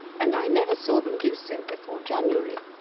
and i never saw them do so before january.